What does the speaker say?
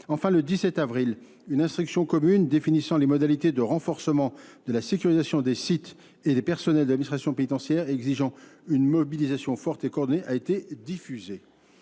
Enfin le 17 avril, une instruction commune définissant les modalités de renfort de renforcement de la sécurisation des sites et des personnels d'administration pénitentiaire exigeant une mobilisation forte et coordonnée a été diffusée.